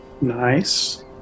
nice